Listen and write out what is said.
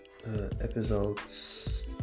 episodes